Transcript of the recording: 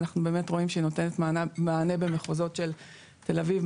ואנחנו באמת רואים שהיא נותנת מענה בחוזות של תל אביב,